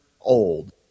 old